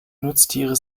nutztiere